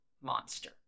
Monster